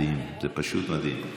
מדהים, זה פשוט מדהים.